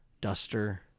duster